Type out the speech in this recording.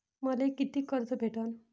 मले कितीक कर्ज भेटन?